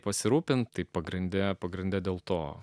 pasirūpinti pagrinde pagrinde dėl to